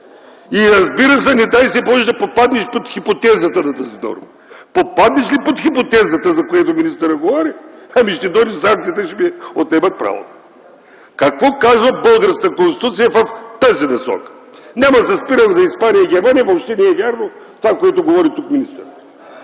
И, разбира се, не дай си, Боже, да попаднеш под хипотезата на тази норма. Попаднеш ли под хипотезата, за което министърът говори, ами, ще дойде санкцията и ще ти отнемат правото. Какво казва българската Конституция в тази насока? Няма да се спирам за Испания и Германия. Въобще не е вярно това, което говори тук министърът.